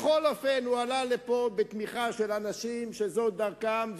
בכל אופן הוא עלה לפה בתמיכה של אנשים שזאת דרכם,